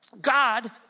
God